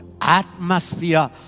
atmosphere